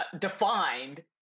defined